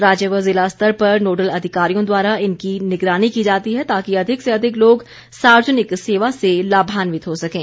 राज्य व ज़िला स्तर पर नोडल अधिकारियों द्वारा इनकी निगरानी की जाती है ताकि अधिक से अधिक लोग सार्वजनिक सेवा से लाभान्वित हो सकें